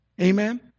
Amen